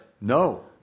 No